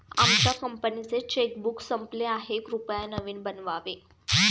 आमच्या कंपनीचे चेकबुक संपले आहे, कृपया नवीन बनवावे